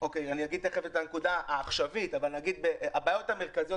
אגיד תיכף את הנקודה העכשווית אבל הבעיות המרכזיות